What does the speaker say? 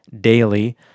daily